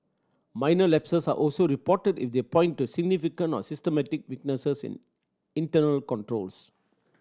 minor lapses are also reported if they point to significant or systemic weaknesses in internal controls